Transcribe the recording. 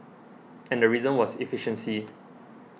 and the reason was efficiency